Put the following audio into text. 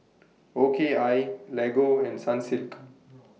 O K I Lego and Sunsilk